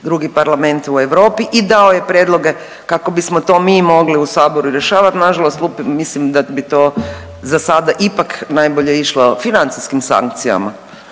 drugi parlamenti u Europi i dao je prijedloge kako bismo to mi mogli u saboru rješavat, nažalost …/Govornik se ne razumije/… mislim da bi to zasada ipak najbolje išlo financijskim sankcijama